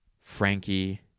Frankie